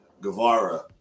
Guevara